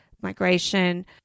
migration